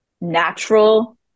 natural